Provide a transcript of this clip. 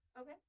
Okay